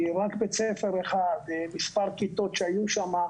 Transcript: רק בית ספר אחד, מספר כיתות שהיו שם,